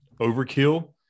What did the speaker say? overkill